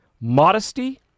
Modesty